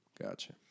Gotcha